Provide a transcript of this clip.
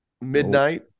midnight